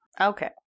Okay